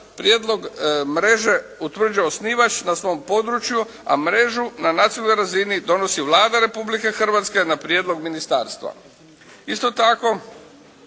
prijedlog mreže utvrđuje osnivač na svom području a mrežu na nacionalnoj razini donosi Vlada Republike Hrvatske na prijedlog ministarstva. Isto tako